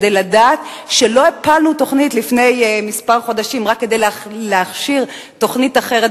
כדי לדעת שלא הפלנו תוכנית לפני כמה חודשים רק כדי להכשיר תוכנית אחרת,